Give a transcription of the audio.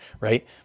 right